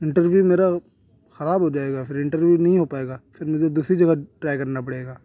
interview میرا خراب ہو جائے گا پھر انٹرویو نہیں ہو پائے غا پھر مجھے دوسری جگہ ٹرائی کرنا پڑے گا